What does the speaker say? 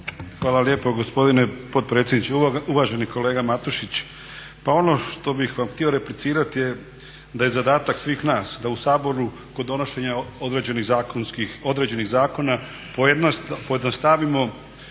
Hvala lijepo gospodine potpredsjedniče. Uvaženi kolega Matušić, pa ono što bih vam htio replicirati je da je zadatak svih nas da u Saboru kod donošenja određenih zakona pojednostavimo